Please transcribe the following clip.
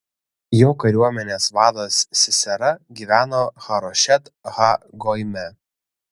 jo kariuomenės vadas sisera gyveno harošet ha goime